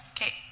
Okay